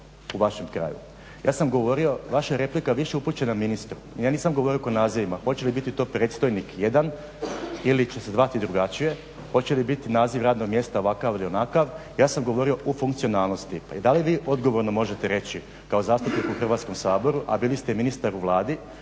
u vašem kraju. Ja sam govorio vaša replika je više upućena ministru jer ja nisam govorio o nazivima. Hoće li biti to predstojnik jedan ili će se zvati drugačije, hoće li biti naziv radnog mjesta ovakav ili onakav ja sam govorio o funkcionalnosti. Da li vi odgovorno možete reći kao zastupnik u Hrvatskom saboru a bili ste i ministar u Vladi